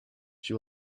she